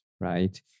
right